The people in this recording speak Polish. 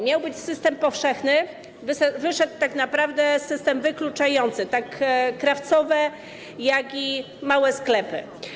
Miał być system powszechny, a wyszedł tak naprawdę system wykluczający zarówno krawcowe, jak i małe sklepy.